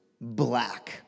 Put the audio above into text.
black